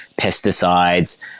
pesticides